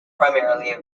primarily